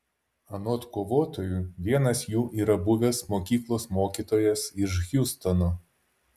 anot kovotojų vienas jų yra buvęs mokyklos mokytojas iš hjustono